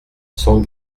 san